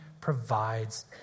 provides